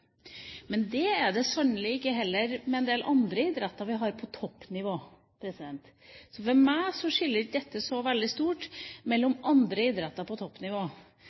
men det er sannelig heller ikke en del andre idretter vi har på toppnivå. Så for meg skiller ikke dette seg så veldig mye fra andre idretter på toppnivå.